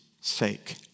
sake